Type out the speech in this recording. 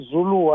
Zulu